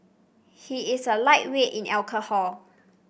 he is a lightweight in alcohol